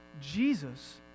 Jesus